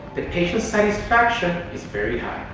the patient's satisfaction is very